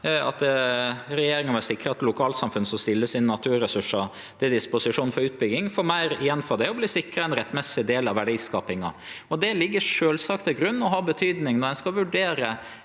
at regjeringa vil sikre at lokalsamfunn som stiller sine lokalressursar til disposisjon for utbygging, får meir igjen for det og vert sikra ein rettmessig del av verdiskapinga. Det ligg sjølvsagt til grunn og har betyding når ein skal vurdere